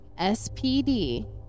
SPD